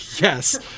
Yes